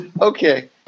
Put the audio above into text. Okay